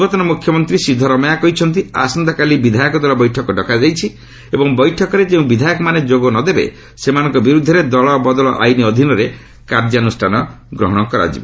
ପୂର୍ବତନ ମ୍ରଖ୍ୟମନ୍ତ୍ରୀ ସିଦ୍ଧରମେୟା କହିଛନ୍ତି ଆସନ୍ତାକାଲି ବିଧାୟକ ଦଳ ବୈଠକ ଡକାଯାଇଛି ଏବଂ ବୈଠକରେ ଯେଉଁ ବିଧାୟକମାନେ ଯୋଗନଦେବେ ସେମାନଙ୍କ ବିରୁଦ୍ଧରେ ଦଳବଦଳ ଆଇନ୍ ଅଧୀନରେ କାର୍ଯ୍ୟାନୁଷ୍ଠାନ ଗ୍ରହଣ କରାଯିବ